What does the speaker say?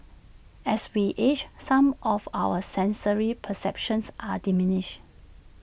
as we age some of our sensory perceptions are diminished